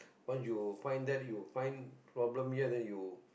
once you find that you find problem here then you